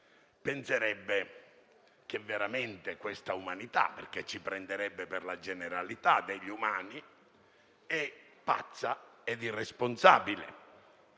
penserebbe che veramente questa umanità, prendendoci per la generalità degli umani, è pazza e irresponsabile.